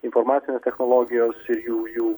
informacinės technologijos ir jų jų